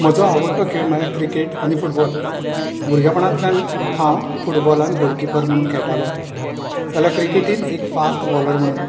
म्हजो आवडटो खेळ म्हळ्यार क्रिकेट आनी फुटबॉल भुरगेपणांतल्यान हांव फुटबॉलांत गोलकिपर म्हणून खेळटालो जाल्यार क्रिकेटींत एक फास्ट बॉलर म्हणून